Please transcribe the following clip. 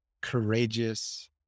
courageous